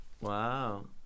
Wow